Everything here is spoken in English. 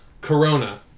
corona